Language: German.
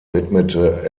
widmete